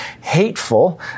hateful